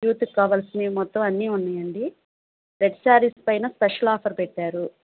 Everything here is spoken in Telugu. యూత్కి కావలసినవి మొత్తం అన్నీ ఉన్నాయండి రెడ్ శారీస్ పైన స్పెషల్ ఆఫర్ పెట్టారు